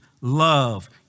love